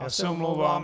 Já se omlouvám...